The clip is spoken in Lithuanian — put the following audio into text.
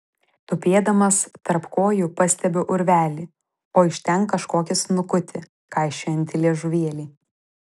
tupėdamas tarp kojų pastebiu urvelį o iš ten kažkokį snukutį kaišiojantį liežuvėlį